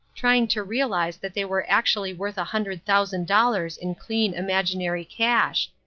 trying to realize that they were actually worth a hundred thousand dollars in clean, imaginary cash.